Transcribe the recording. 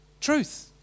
Truth